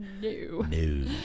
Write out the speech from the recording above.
new